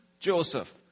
Joseph